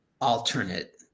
alternate